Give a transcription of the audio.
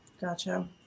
Gotcha